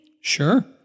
Sure